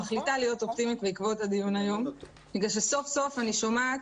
מחליטה להיות אופטימית בעקבות הדיון היום מכיוון שסוף סוף אני שומעת